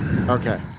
Okay